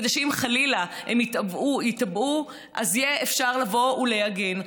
כדי שאם חלילה הם ייתבעו יהיה אפשר לבוא ולהגן.